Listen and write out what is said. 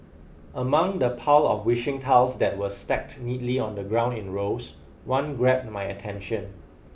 among the pile of wishing tiles that were stacked neatly on the ground in rows one grabbed my attention